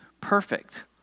perfect